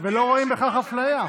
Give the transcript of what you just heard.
ולא רואים בכך אפליה.